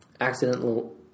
accidental